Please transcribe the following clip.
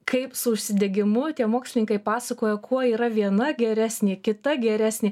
kaip su užsidegimu tie mokslininkai pasakoja kuo yra viena geresnė kita geresnė